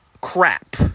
crap